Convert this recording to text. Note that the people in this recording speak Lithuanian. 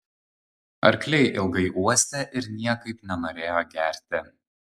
arkliai ilgai uostė ir niekaip nenorėjo gerti